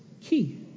key